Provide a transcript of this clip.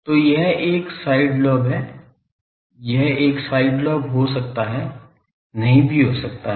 तो यह एक साइड लोब है यह एक साइड लोब हो सकता है नहीं भी हो सकता है